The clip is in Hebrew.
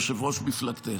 יושב-ראש מפלגתך.